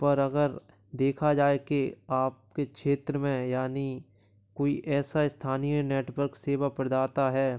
पर अगर देखा जाए के आपके क्षेत्र में यानि कोई ऐसा स्थानीय नेटवर्क सेवा प्रदाता है